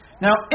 Now